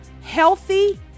Healthy